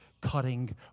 cutting